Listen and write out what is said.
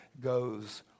goes